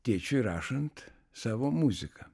tėčiui rašant savo muziką